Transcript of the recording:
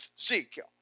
Ezekiel